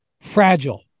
fragile